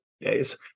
days